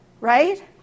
right